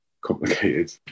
complicated